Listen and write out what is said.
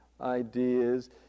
ideas